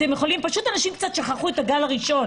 פשוט אנשים קצת שכחו את הגל הראשון.